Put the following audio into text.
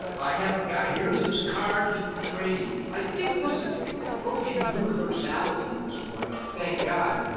i have a guy. here's his card. he can train you. i think this is approaching universality at this point. thank god.